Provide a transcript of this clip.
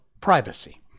privacy